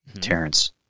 Terrence